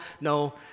no